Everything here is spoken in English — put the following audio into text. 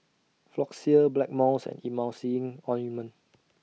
Floxia Blackmores and Emulsying Ointment